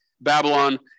Babylon